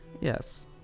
Yes